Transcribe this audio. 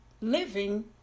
living